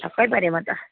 छक्कै परेँ म त